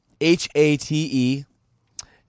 H-A-T-E